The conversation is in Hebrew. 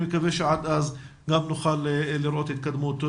אני מקווה שעד אז נוכל לראות התקדמות.